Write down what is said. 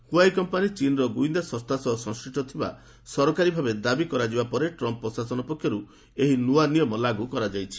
Huawei company ଚୀନର ଗୁଇନ୍ଦା ସଂସ୍ଥା ସହ ସଂଶ୍ରିଷ୍ଟ ଥିବା ସରକାରୀ ଭାବେ ଦାବି କରାଯିବା ପରେ ଟ୍ରମ୍ପ ପ୍ରଶାସନ ପକ୍ଷରୁ ଏହି ନୂଆ ନିୟମ ଲାଗୁ କରାଯାଇଛି